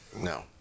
No